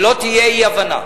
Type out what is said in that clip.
שלא תהיה אי-הבנה.